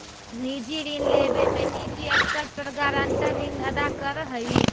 निजी ऋण लेवे में निजी स्तर पर गारंटर ऋण अदा करऽ हई